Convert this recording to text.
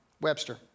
Webster